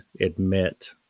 admit